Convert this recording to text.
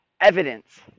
evidence